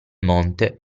monte